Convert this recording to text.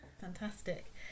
fantastic